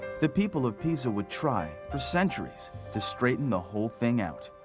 the people of pisa would try for centuries to straighten the whole thing out.